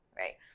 right